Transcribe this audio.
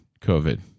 COVID